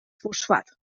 fosfat